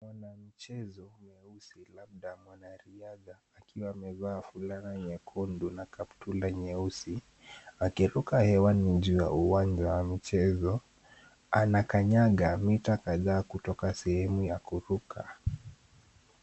Mwanamchezo mweusi labda mwanariadha akiwa amevaa fulana nyekundu na kaptura nyeusi ,akiruka hewani juu ya uwanja wa michezo Anakanyaga mita kadhaa kutoka sehemu ya kuruka.